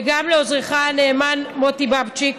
וגם לעוזרך הנאמן מוטי בבצ'יק.